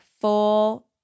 full